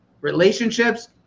relationships